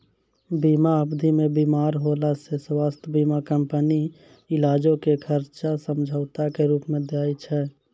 बीमा अवधि मे बीमार होला से स्वास्थ्य बीमा कंपनी इलाजो के खर्चा समझौता के रूपो मे दै छै